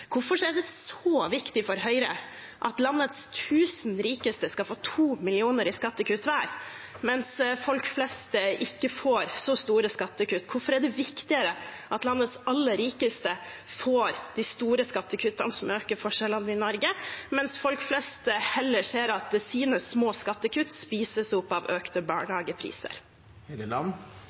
Hvorfor er det så viktig for Høyre at landets 1 000 rikeste skal få 2 mill. kr i skattekutt hver, mens folk flest ikke får så store skattekutt? Hvorfor er det viktigere at landets aller rikeste får de store skattekuttene, som øker forskjellene i Norge, mens folk flest ser at deres små skattekutt spises opp av økte